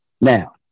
Now